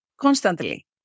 constantly